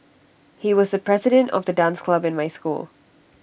he was the president of the dance club in my school